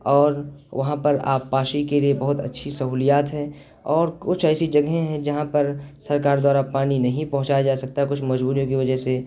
اور وہاں پر آبپاشی کے لیے بہت اچھی سہولیات ہیں اور کچھ ایسی جگہیں ہیں جہاں پر سرکار دوارا پانی نہیں پہنچایا جا سکتا کچھ مجبوریوں کی وجہ سے